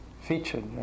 featured